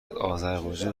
آذربایجان